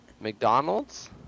mcdonald's